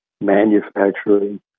manufacturing